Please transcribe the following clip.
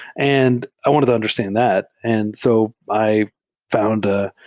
and i wanted to understand that. and so i found ah